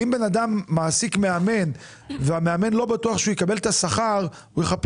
אם בן אדם מעסיק מאמן והמאמן לא בטוח שהוא יקבל את השכר שלו,